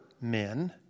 men